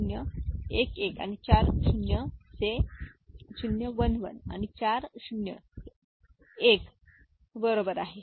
0 1 1 आणि चार 0 से 0 1 1 आणि चार 0 से हे एक बरोबर आहे